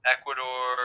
Ecuador